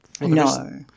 No